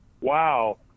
wow